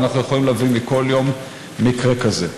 ואנחנו יכולים להביא מכל יום מקרה כזה.